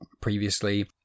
previously